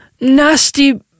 Nasty